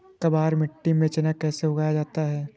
काबर मिट्टी में चना कैसे उगाया जाता है?